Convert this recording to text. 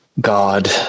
god